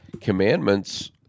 commandments